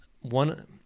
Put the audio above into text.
one